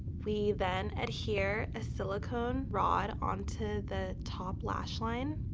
we then adhere a silicone rod onto the top lash line.